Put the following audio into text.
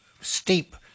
steep